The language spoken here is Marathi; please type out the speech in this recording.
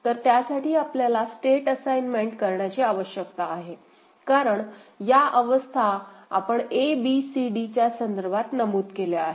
तर त्यासाठी आपल्याला स्टेट असाईनमेंट करण्याची आवश्यकता आहे कारण या अवस्था आपण abc d च्या संदर्भात नमूद केलेल्या आहेत